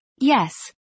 Yes